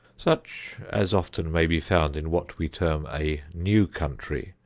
such as often may be found in what we term a new country,